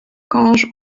kâns